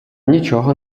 нічого